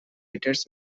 letters